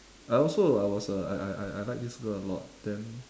I also I was a I I I like this girl a lot then